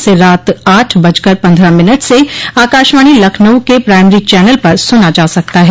इसे रात आठ बजकर पन्द्रह मिनट से आकाशवाणी लखनऊ के प्राइमरी चैनल पर सुना जा सकता है